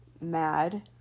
mad